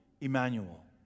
Emmanuel